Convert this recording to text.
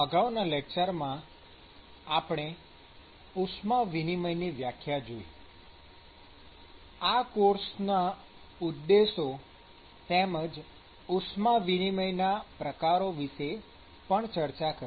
અગાઉના લેકચરમાં આપણે ઉષ્મા વિનિમય ની વ્યાખ્યા જોઈ આ કોર્સના ઉદ્દેશો તેમજ ઉષ્મા વિનિમયના પ્રકારો વિષે પણ ચર્ચા કરી